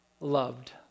loved